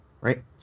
right